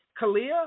Kalia